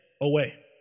away